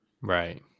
Right